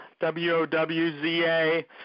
W-O-W-Z-A